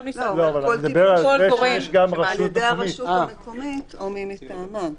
"על ידי הרשות המקומית או מי מטעמה",